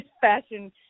fashion